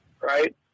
right